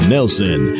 Nelson